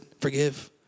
forgive